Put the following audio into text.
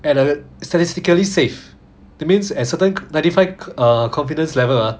at uh statistically safe that means at certain ninety five uh confidence level ah